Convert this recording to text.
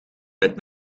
met